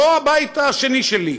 לא הבית השני שלי,